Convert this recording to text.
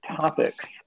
topics